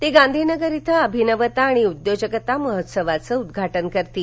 ते गांधी नगर इथेअभिनवता आणि उद्योजकता महोत्सवाचं उद्घा ज करतील